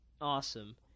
awesome